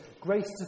Grace